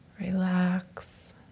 relax